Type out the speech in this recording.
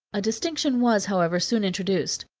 a distinction was, however, soon introduced.